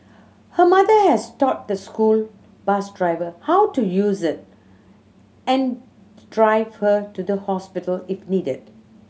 her mother has taught the school bus driver how to use it and drive her to the hospital if needed